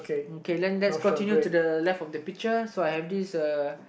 okay then let's continue to the left of the picture so I have this uh